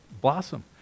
blossom